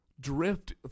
Drift